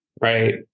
right